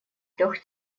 трех